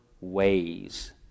ways